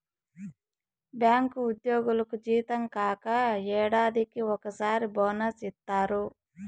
bank ఉద్యోగులకు జీతం కాక ఏడాదికి ఒకసారి బోనస్ ఇత్తారు